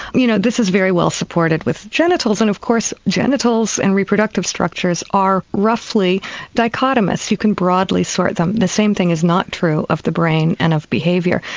you know this is very well supported with genitals and of course genitals and reproductive structures are roughly dichotomous. you can broadly sort them. the same thing is not true of the brain and of behaviour.